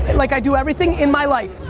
and like i do everything in my life,